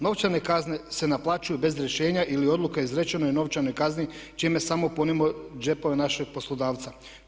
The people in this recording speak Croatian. Novčane kazne se naplaćuju bez rješenja ili odluka izrečena o novčanoj kazni čime samo punimo džepove našeg poslodavaca.